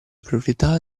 proprietà